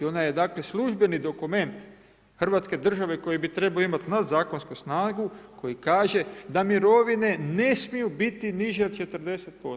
Ona je dakle, službeni dokument Hrvatske države koje bi trebao imati na zakonsku snagu koji kaže da mirovine ne smiju biti niže od 40%